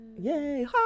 yay